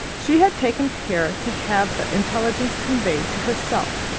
she had taken care to have the intelligence conveyed to herself,